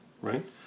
Right